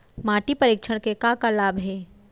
माटी परीक्षण के का का लाभ हे?